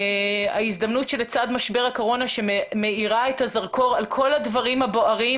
ההזדמנות שלצד משבר הקורונה שמאירה את הזרקור על כל הדברים הבוערים